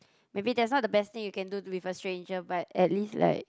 maybe that's not the best thing you can do with a stranger but at least like